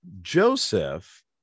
Joseph